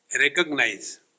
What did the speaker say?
recognize